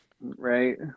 right